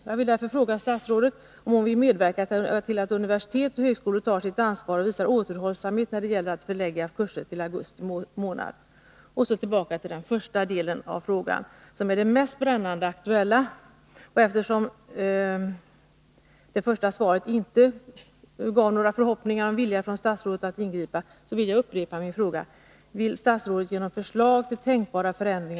Jag vill därför fråga statsrådet om hon vill medverka till att universitet och högskolor tar sitt ansvar och visar återhållsamhet när det gäller att förlägga kurser till augusti månad. Så tillbaka till den första delen av frågan, som är den mest brännande aktuella. Eftersom svaret inte ger några förhoppningar om en vilja från statsrådet att ingripa vill jag upprepa min fråga: